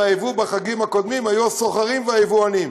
מהיבוא בחגים הקודמים היו הסוחרים והיבואנים.